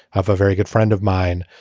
have a very good friend of mine,